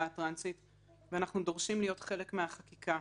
הטרנסית ואנחנו דורשים להיות חלק ממהלך החקיקה.